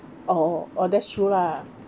oh oh that's true lah